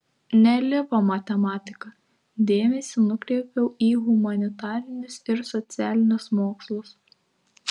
nelipo matematika dėmesį nukreipiau į humanitarinius ir socialinius mokslus